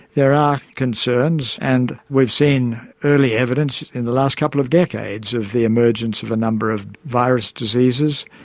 there are concerns and we've seen early evidence in the last couple of decades of the emergence of a number of virus diseases.